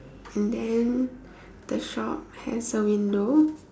and then the shop has a window